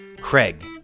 Craig